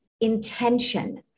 intention